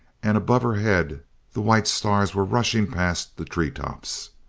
and above her head the white stars were rushing past the treetops.